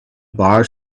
bar